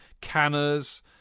Canners